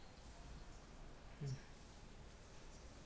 hmm